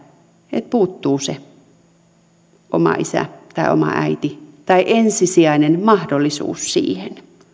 että puuttuu se se oma isä tai oma äiti tai ensisijainen mahdollisuus siihen